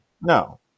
no